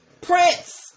Prince